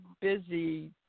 Busy